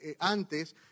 antes